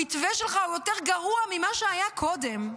המתווה שלך הוא יותר גרוע ממה שהיה קודם,